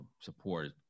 support